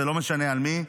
ולא משנה על מי,